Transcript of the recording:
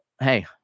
Hey